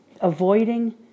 avoiding